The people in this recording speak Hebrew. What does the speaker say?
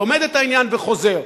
לומד את העניין וחוזר.